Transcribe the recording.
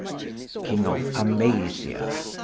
king of amasia.